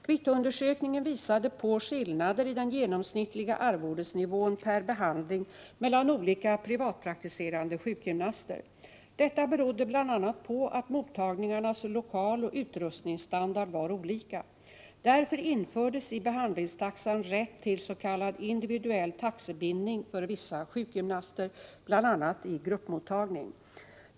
Kvittoundersökningen visade på skillnader i den genomsnittliga arvodesnivån per behandling mellan olika privatpraktiserande sjukgymnaster. Detta berodde bl.a. på att mottagningarnas lokaloch utrustningsstandard var olika. Därför infördes i behandlinstaxan rätt till s.k. individuell taxebindning för vissa sjukgymnaster, bl.a. i gruppmottagning.